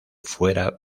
fuera